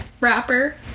rapper